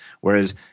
Whereas